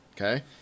Okay